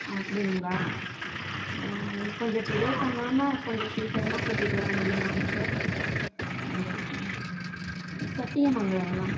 அப்படிங்களா கொஞ்சம் டிலே பண்ணாமல் கொஞ்சம் சீக்கிரமாக கூட்டிட்டு வர முடியுமாங்க சார் எந்த ஊருங்களா சத்தியமங்கலங்க